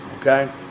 okay